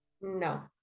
no